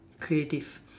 creative